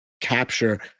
capture